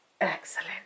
Excellent